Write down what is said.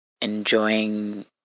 enjoying